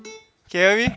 can hear me